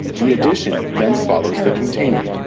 the edition then follows the container.